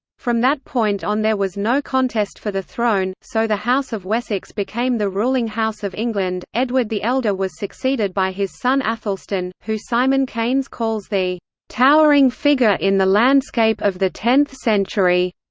from that point on there was no contest for the throne, so the house of wessex became the ruling house of england edward the elder was succeeded by his son aethelstan, who simon keynes calls the towering figure in the landscape of the tenth century.